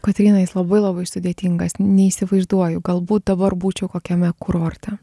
kotryna jis labai labai sudėtingas neįsivaizduoju galbūt dabar būčiau kokiame kurorte